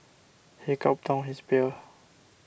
he gulped down his beer